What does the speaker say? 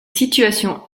situations